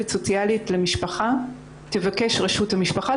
דסק רווחה,